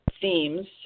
themes